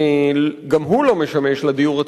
גם הוא לא משמש לדיור הציבורי,